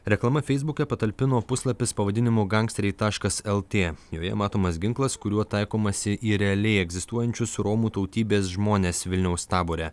reklama feisbuke patalpino puslapis pavadinimu gangsteriai taškas lt joje matomas ginklas kuriuo taikomasi į realiai egzistuojančius romų tautybės žmones vilniaus tabore